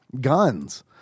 guns